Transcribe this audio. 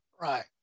right